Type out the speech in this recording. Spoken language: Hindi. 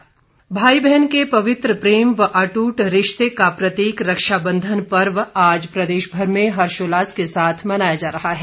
रक्षाबंधन भाई बहन के पवित्र प्रेम व अटूट रिश्ते का प्रतीक रक्षाबंधन पर्व आज प्रदेशभर में हर्षोल्लास के साथ मनाया जा रहा है